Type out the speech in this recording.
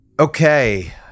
Okay